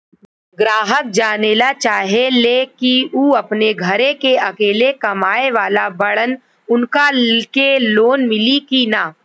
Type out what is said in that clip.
ग्राहक जानेला चाहे ले की ऊ अपने घरे के अकेले कमाये वाला बड़न उनका के लोन मिली कि न?